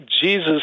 Jesus